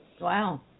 Wow